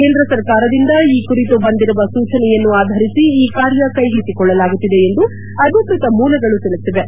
ಕೇಂದ್ರ ಸರ್ಕಾರದಿಂದ ಈ ಕುರಿತು ಬಂದಿರುವ ಸೂಚನೆಯನ್ನು ಆಧರಿಸಿ ಈ ಕಾರ್ನ ಕೈಗೆತ್ತಿಕೊಳ್ಳಲಾಗಿದೆ ಎಂದು ಅಧಿಕೃತ ಮೂಲಗಳು ತಿಳಿಸಿವೆ